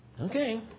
Okay